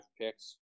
picks